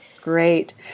Great